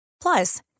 Plus